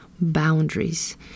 boundaries